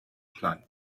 plant